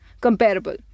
comparable